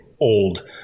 old